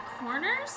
corners